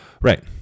Right